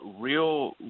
real